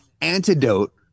antidote